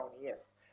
Yes